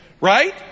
right